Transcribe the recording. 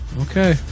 Okay